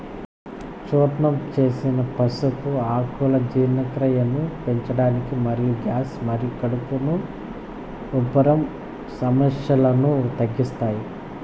చూర్ణం చేసిన పసుపు ఆకులు జీర్ణక్రియను పెంచడానికి మరియు గ్యాస్ మరియు కడుపు ఉబ్బరం సమస్యలను తగ్గిస్తాయి